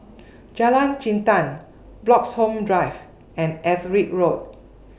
Jalan Jintan Bloxhome Drive and Everitt Road